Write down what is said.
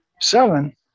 Seven